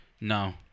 no